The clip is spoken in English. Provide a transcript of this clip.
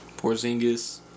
Porzingis